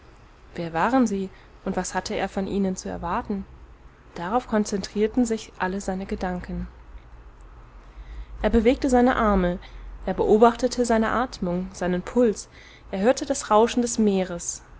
wer waren sie und was hatte er von ihnen zu erwarten darauf konzentrierten sich alle seine gedanken er bewegte seine arme er beobachtete seine atmung seinen puls er hörte das rauschen des meeres